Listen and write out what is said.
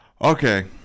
Okay